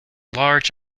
large